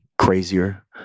crazier